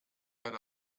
deine